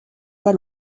pas